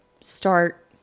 start